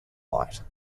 light